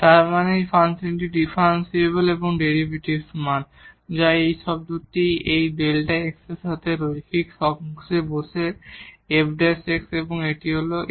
তার মানে এই ফাংশনটি ডিফারেনশিবল এবং ডেরিভেটিভ মান যা এই A শব্দটি এই Δ x এর সাথে রৈখিক অংশে বসে f এবং এটি হল ϵ